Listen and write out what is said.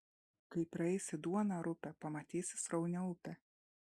kai praeisi duoną rupią pamatysi sraunią upę